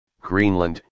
Greenland